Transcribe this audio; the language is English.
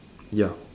ya